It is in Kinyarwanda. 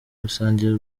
rusange